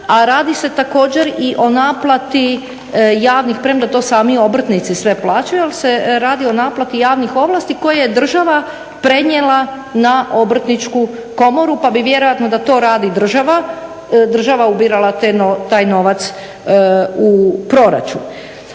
A radi se također i o naplati javnih, premda to sami obrtnici sve plaćaju, ali se radi o naplati javnih ovlasti koje je država prenijela na Obrtničku komoru pa bi vjerojatno da to radi država ubirala taj novac u proračun.